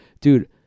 Dude